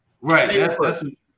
Right